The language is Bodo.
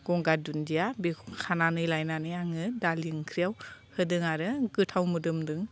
गंगार दुन्दिया बेखौ खानानै लायनानै आङो दालि ओंख्रियाव होदों आरो गोथाव मोदोमदों